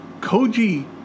Koji